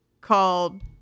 called